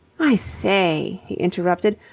i say, he interrupted,